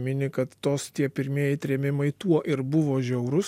mini kad tos tie pirmieji trėmimai tuo ir buvo žiaurūs